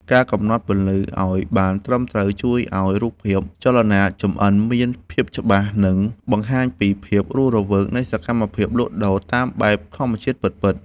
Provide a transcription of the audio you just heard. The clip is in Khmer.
ការកំណត់ពន្លឺឱ្យបានត្រឹមត្រូវជួយឱ្យរូបភាពចលនាចម្អិនមានភាពច្បាស់ និង បង្ហាញពីភាពរស់រវើកនៃសកម្មភាពលក់ដូរតាមបែបធម្មជាតិពិតៗ។